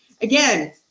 again